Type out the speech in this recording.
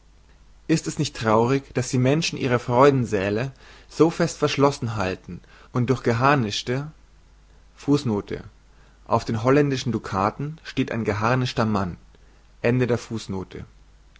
ist es nicht traurig daß die menschen ihre freudensäle so fest verschlossen halten und durch geharnischteauf den holländischen dukaten steht ein geharnischter mann